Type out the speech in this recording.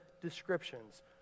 descriptions